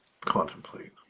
contemplate